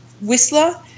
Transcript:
whistler